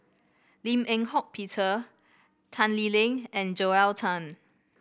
Lim Eng Hock Peter Tan Lee Leng and Joel Tan